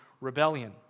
rebellion